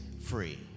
free